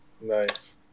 Nice